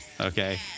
Okay